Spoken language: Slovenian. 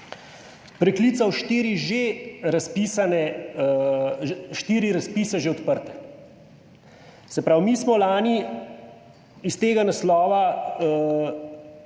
preklical štiri že odprte razpise. Se pravi, mi smo lani iz tega naslova